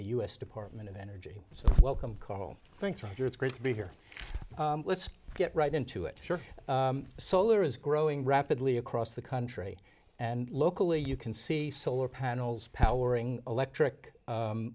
the u s department of energy so welcome call thanks roger it's great to be here let's get right into it sure solar is growing rapidly across the country and locally you can see solar panels powering electric